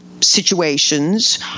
situations